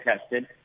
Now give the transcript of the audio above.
tested